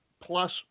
plus